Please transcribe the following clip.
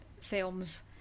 films